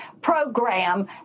program